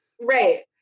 right